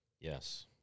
Yes